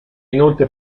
inoltre